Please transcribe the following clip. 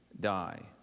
die